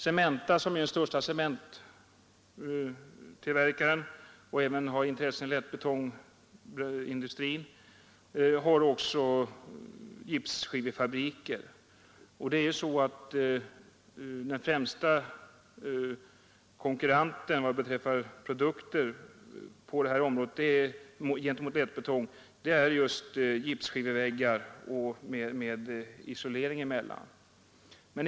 Cementa, som är den största cementtillverkaren och även har intressen i lättbetongindustrin, har också gipsskivefabriker. Den främsta konkurrenten till lättbetong på det här området är just gipsskivväggar med isolering emellan.